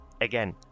Again